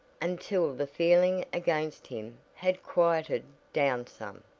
until the feeling against him had quieted down some.